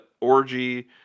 orgy